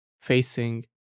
facing